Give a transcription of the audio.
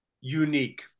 unique